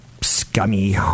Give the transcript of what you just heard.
scummy